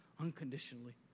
unconditionally